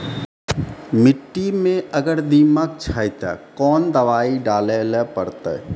मिट्टी मे अगर दीमक छै ते कोंन दवाई डाले ले परतय?